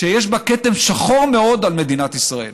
שיש בה כתם שחור מאוד על מדינת ישראל.